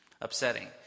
upsetting